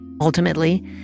Ultimately